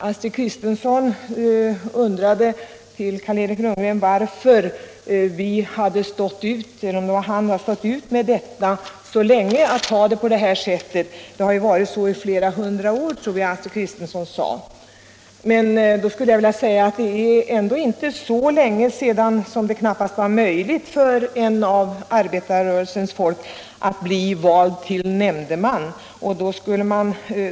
Astrid Kristensson frågade Carl-Eric Lundgren varför han hade stått ut med att ha det på detta sätt. Det har ju varit så här i flera hundra år, tyckte jag att Astrid Kristensson sade. Då vill jag säga att det är ändå inte så länge sedan som det knappast var möjligt för en av arbetarrörelsens folk att bli vald till nämndeman.